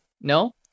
No